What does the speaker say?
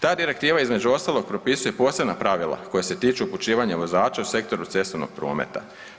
Ta direktiva između ostalog propisuje posebna pravila koja se tiču upućivanja vozača u sektoru cestovnog prometa.